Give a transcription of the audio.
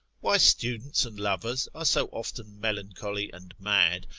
why students and lovers are so often melancholy and mad,